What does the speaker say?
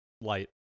light